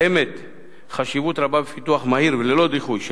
יש חשיבות רבה בפיתוח מהיר וללא דיחוי של